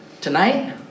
Tonight